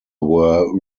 were